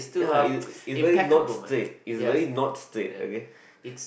ya it it's very not straight is very not straight okay